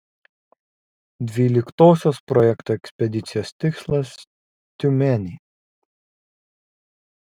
dvyliktosios projekto ekspedicijos tikslas tiumenė